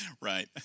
Right